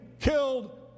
killed